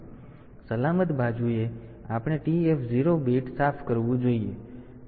તેથી સલામત બાજુએ આપણે TF0 બીટ સાફ કરવું જોઈએ